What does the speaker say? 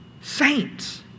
saints